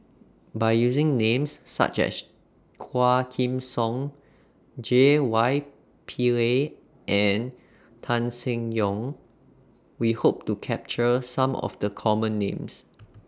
By using Names such as Quah Kim Song J Y Pillay and Tan Seng Yong We Hope to capture Some of The Common Names